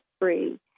free